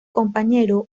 compañero